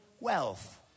wealth